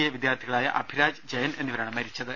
A വിദ്യാർഥികളായ അഭിരാജ് ജയൻ എന്നിവരാണ് മരിച്ചത്